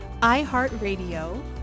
iHeartRadio